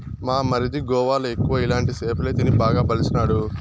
మా మరిది గోవాల ఎక్కువ ఇలాంటి సేపలే తిని బాగా బలిసినాడు